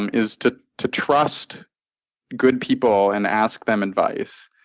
um is to to trust good people and ask them advice.